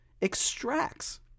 extracts